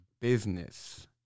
business